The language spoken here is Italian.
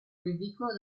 ridicolo